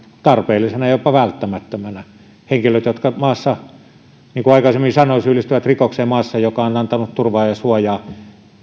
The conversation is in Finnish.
tarpeellisena ja jopa välttämättömänä henkilöt jotka niin kuin aikaisemmin sanoin syyllistyvät rikokseen maassa joka on antanut turvaa ja